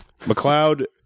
McLeod